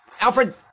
Alfred